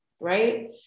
right